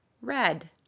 red